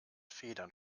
federn